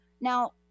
Now